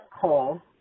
call